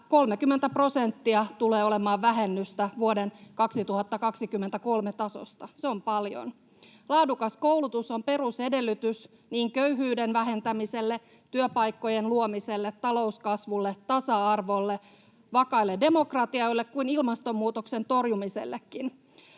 30 prosenttia tulee olemaan vähennystä vuoden 2023 tasosta. Se on paljon. Laadukas koulutus on perusedellytys niin köyhyyden vähentämiselle, työpaikkojen luomiselle, talouskasvulle, tasa-arvolle, vakaille demokratioille kuin ilmastonmuutoksen torjumisellekin.